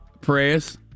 Prayers